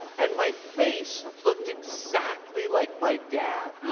and my face looked exactly like my dad.